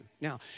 Now